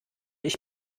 ich